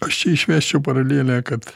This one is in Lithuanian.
aš čia išvesčiau paralelę kad